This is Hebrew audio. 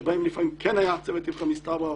שבהם לפעמים כן היה צוות איפכא מסתברא,